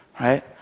right